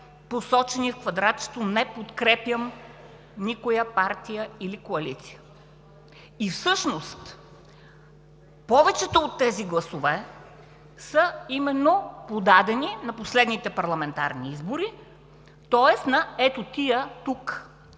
посочени в квадратчето „не подкрепям“ никоя партия или коалиция. Всъщност повечето от тези гласове са подадени именно на последните парламентарни избори, тоест на ето тези тук